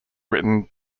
written